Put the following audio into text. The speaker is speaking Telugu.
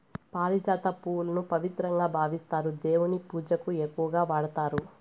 పారిజాత పువ్వులను పవిత్రంగా భావిస్తారు, దేవుని పూజకు ఎక్కువగా వాడతారు